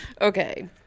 Okay